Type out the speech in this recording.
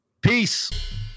Peace